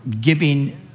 giving